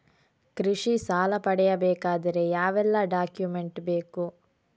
ಕೃಷಿ ಸಾಲ ಪಡೆಯಬೇಕಾದರೆ ಯಾವೆಲ್ಲ ಡಾಕ್ಯುಮೆಂಟ್ ಬೇಕು?